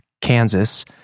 Kansas